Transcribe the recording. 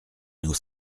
nos